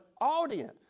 audience